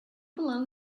below